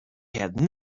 had